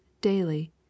daily